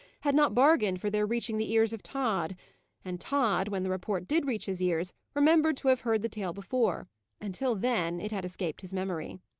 had not bargained for their reaching the ears of tod and tod, when the report did reach his ears, remembered to have heard the tale before until then it had escaped his memory.